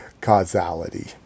causality